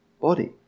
body